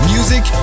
Music